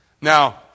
Now